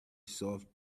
soft